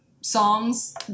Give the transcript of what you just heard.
songs